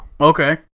okay